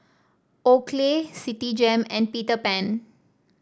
Oakley Citigem and Peter Pan